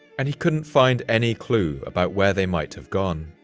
and he couldn't find any clue about where they might have gone.